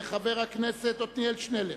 חבר הכנסת עתניאל שנלר,